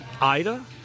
Ida